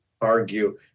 argue